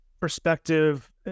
perspective